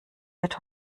wird